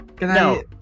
No